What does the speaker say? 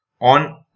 on